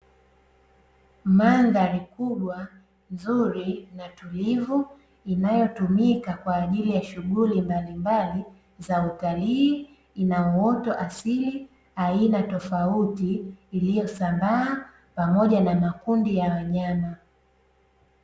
Mandhari kubwa nzuri na tulivu inayotumika kwa ajili ya shughuli mbalimbali za utalii, ina uoto wa asili aina tofauti iliyosambaa, pamoja na makundi ya wanyama.